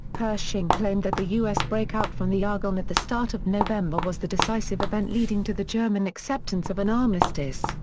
pershing claimed that the u s. breakout from the argonne at the start of november was the decisive event leading to the german acceptance of an armistice,